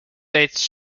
dates